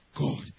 God